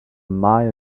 mile